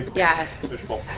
yeah fish bowl.